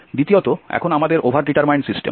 দ্বিতীয়ত এখন আমাদের ওভার ডিটারমাইন সিস্টেম